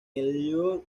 lower